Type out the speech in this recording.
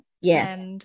Yes